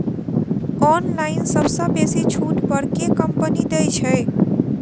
Online सबसँ बेसी छुट पर केँ कंपनी दइ छै?